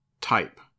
type